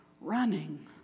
running